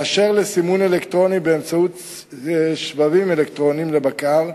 באשר לסימון אלקטרוני באמצעות שבבים אלקטרוניים לבקר,